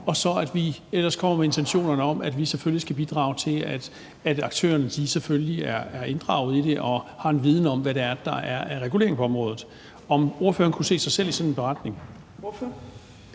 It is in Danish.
og at vi så ellers har intentioner om, at vi selvfølgelig skal bidrage til, at aktørerne er inddraget i det og har en viden om, hvad der er af regulering på området. Kunne ordføreren se sig selv i sådan en beretning?